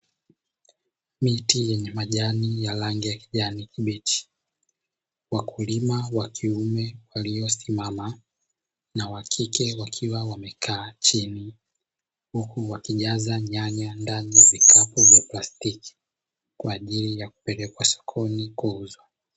Miti yenye majani ya rangi ya kijani kibichi, wakulima wa kiume waliosimama na wakike wakiwa wamekaa chini, huku wakijaza nyanya ndani ya vikapu vya plastiki, kwa ajili ya kupelekwa sokoni kuuzwa.